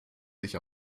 sich